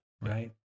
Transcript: Right